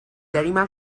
terima